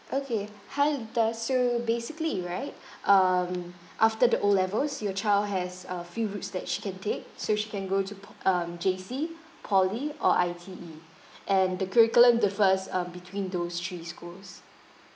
okay hi there are so basically right um after the O levels your child has a few routes that she can take so she can go to po~ um J_C poly or I_T_E and the curriculum differs um between those three schools